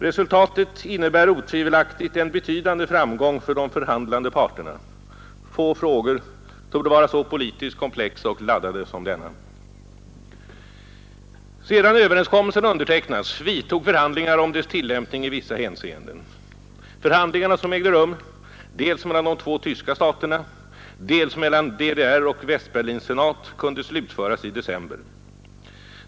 Resultatet innebär otvivelaktigt en betydande framgång för de förhandlande parterna — få frågor torde vara så politiskt komplexa och laddade som denna. Sedan överenskommelsen undertecknats vidtog förhandlingar om dess tillämpning i vissa hänseenden. Förhandlingarna som ägde rum dels mellan de två tyska staterna, dels mellan DDR och Västberlins senat, kunde slutföras i december.